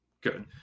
good